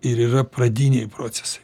ir yra pradiniai procesai